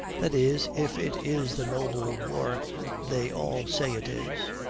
that is, if it is the noble war they all say it is.